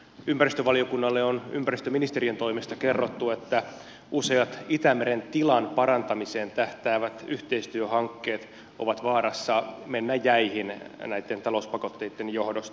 ympäristövaliokunnalle on ympäristöministeriön toimesta kerrottu että useat itämeren tilan parantamiseen tähtäävät yhteistyöhankkeet ovat vaarassa mennä jäihin näitten talouspakotteitten johdosta